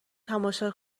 تماشا